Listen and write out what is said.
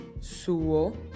suo